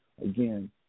Again